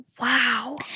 Wow